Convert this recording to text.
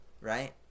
right